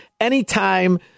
anytime